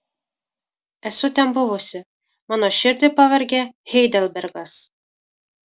esu ten buvusi mano širdį pavergė heidelbergas